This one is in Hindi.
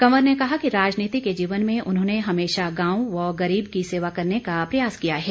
कंवर ने कहा कि राजनीतिक जीवन में उन्होंने हमेशा गांव व गरीब की सेवा करने का प्रयास किया है